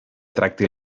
tracti